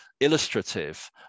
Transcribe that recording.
illustrative